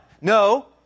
No